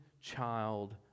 child